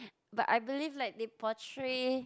but I believe like they portray